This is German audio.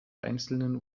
einzelnen